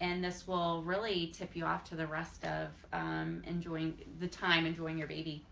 and this will really tip you off to the rest of enjoying the time enjoying your baby.